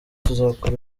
tuzakora